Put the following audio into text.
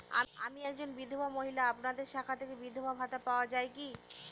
আমি একজন বিধবা মহিলা আপনাদের শাখা থেকে বিধবা ভাতা পাওয়া যায় কি?